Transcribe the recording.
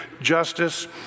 justice